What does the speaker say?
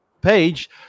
page